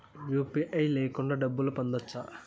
UPI లేకుండా డబ్బు పంపొచ్చా